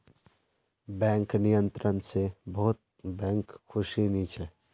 bank नियंत्रण स बहुत बैंक खुश नी छ